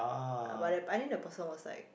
but I but I think the person was like